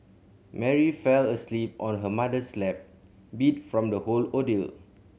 Mary fell asleep on her mother's lap beat from the whole ordeal